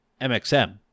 MXM